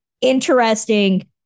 interesting